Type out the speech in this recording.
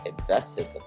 invested